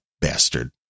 bastard